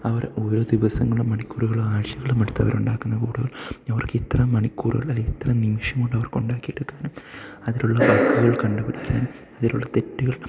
അവർ ഓരോ ദിവസങ്ങളും മണിക്കൂറുകളും ആഴ്ച്ചകളുമെടുത്ത് അവരുണ്ടാക്കുന്ന കോഡുകൾ അവർക്കിത്ര മണിക്കൂറുകൾ അല്ലെങ്കിൽ ഇത്ര നിമിഷംകൊണ്ട് അവർക്കുണ്ടാക്കിയെടുക്കാനും അതിലുള്ള ബഗ്ഗുകൾ കണ്ടുപിടിക്കാനും അതിലുള്ള തെറ്റുകൾ